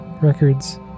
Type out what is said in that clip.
Records